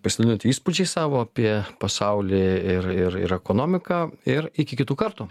pasidalinote įspūdžiais savo apie pasaulį ir ir ir ekonomiką ir iki kitų kartų